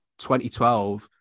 2012